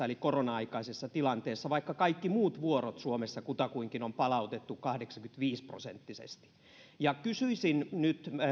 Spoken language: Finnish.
eli korona aikaisessa tilanteessa vaikka kutakuinkin kaikki muut vuorot suomessa on palautettu kahdeksankymmentäviisi prosenttisesti kysyisin nyt